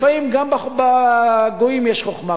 לפעמים גם בגויים יש חוכמה,